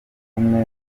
kumwe